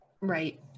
right